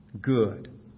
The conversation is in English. good